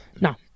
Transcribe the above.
Now